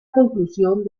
conclusión